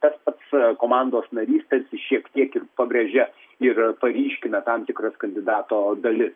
tas pats komandos narys tarsi šiek tiek ir pabrėžia ir paryškina tam tikras kandidato dalis